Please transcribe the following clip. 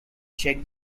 check